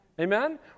Amen